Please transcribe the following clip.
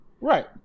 Right